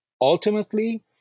ultimately